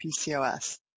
PCOS